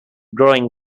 growing